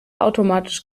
automatisch